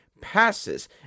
passes